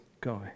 guy